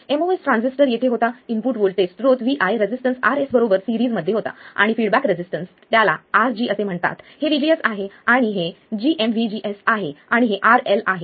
MOS transistor येथे होता input हा व्होल्टेज स्त्रोत Vi रेसिस्टन्स Rs बरोबर सेरीज मध्ये होता आणि फिडबॅक रेजिस्टन्स त्याला RG असे म्हणतात हे VGS आहे आणि हे gmVGS आहे आणि हे RL आहे